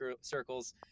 circles